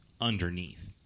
underneath